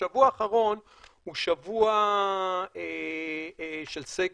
השבוע האחרון הוא שבוע של סגר,